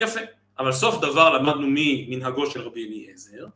יפה, אבל סוף דבר למדנו מי מנהגו של רבי אליעזר.